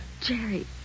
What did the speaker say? Jerry